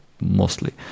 mostly